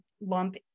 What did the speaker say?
lump